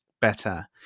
better